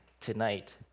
tonight